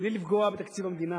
בלי לפגוע בתקציב המדינה,